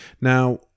Now